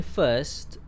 first